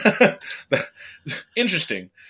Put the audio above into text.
Interesting